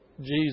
Jesus